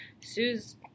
Sue's